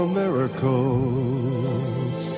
miracles